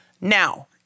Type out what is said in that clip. Now